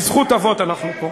בזכות אבות אנחנו פה.